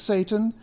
Satan